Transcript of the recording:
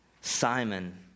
Simon